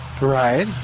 Right